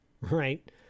right